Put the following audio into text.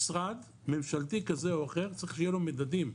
משרד ממשלתי כזה או אחר צריך שיהיו לו מדדים,